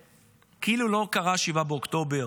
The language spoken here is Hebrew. וכאילו לא קרה 7 באוקטובר,